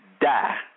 die